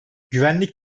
güvenlik